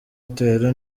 utera